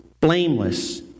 blameless